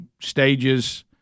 stages